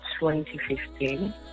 2015